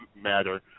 matter